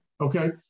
okay